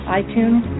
iTunes